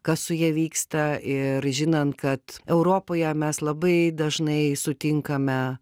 kas su ja vyksta ir žinant kad europoje mes labai dažnai sutinkame